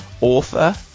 author